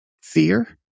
fear